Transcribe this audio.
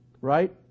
right